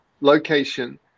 location